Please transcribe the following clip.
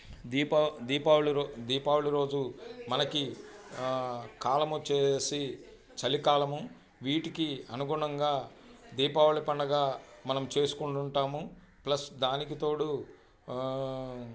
దీపా దీపావళి దీపావళి రోజు మనకి కాలమొచ్చేసి చలికాలము వీటికి అనుగుణంగా దీపావళి పండగ మనం చేసుకుంటుంటాము ప్లస్ దానికి తోడు